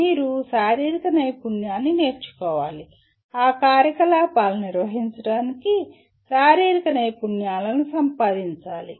మీరు శారీరక నైపుణ్యాన్ని నేర్చుకోవాలి ఆ కార్యకలాపాలను నిర్వహించడానికి శారీరక నైపుణ్యాలను సంపాదించాలి